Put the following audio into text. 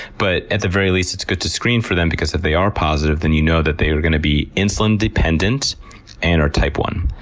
but at the very least it's good to screen for them because if they are positive, then you know that they are going to be insulin dependent and are type one.